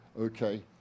Okay